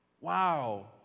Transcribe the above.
Wow